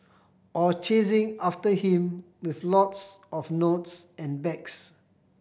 or chasing after him with lots of notes and bags